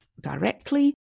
directly